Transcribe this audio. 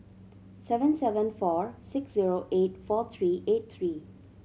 seven seven four six zero eight four three eight three